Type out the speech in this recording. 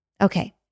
Okay